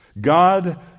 God